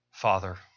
Father